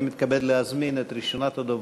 אני מתכבד להזמין את ראשונת הדוברים,